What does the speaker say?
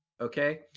okay